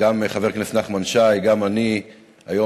גם חבר הכנסת נחמן שי וגם אני היום